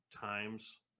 times